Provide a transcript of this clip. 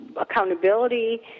accountability